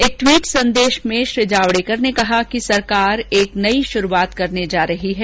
एक ट्वीट संदेश में श्री जावड़ेकर ने कहा कि सरकार एक नई शुरूआत करने जा रही है